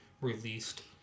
released